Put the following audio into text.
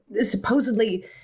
supposedly